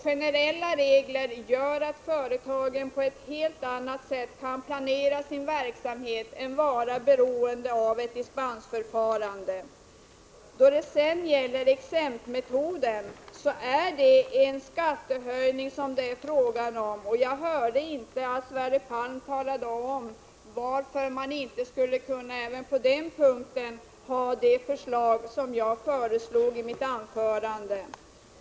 Generella regler gör att företagen kan planera sin verksamhet på ett helt annat sätt än om de är Prot. 1985/86:158 beroende av ett dispensförfarande. 2 juni 1986 Då det gäller exemptmetoden är det fråga om en skattehöjning. Jag hörde inte att Sverre Palm talade om varför man inte även på den punkten skulle kunna göra så som jag föreslog i mitt anförande.